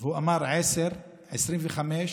הוא אמר: 10, 25,